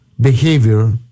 behavior